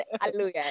Hallelujah